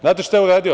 Znate šta je uradio?